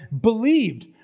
believed